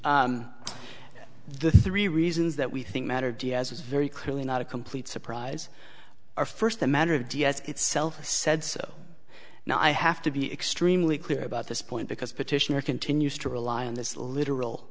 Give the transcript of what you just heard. the three reasons that we think matter diaz's very clearly not a complete surprise are first the matter of d s itself said so now i have to be extremely clear about this point because petitioner continues to rely on this literal